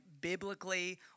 biblically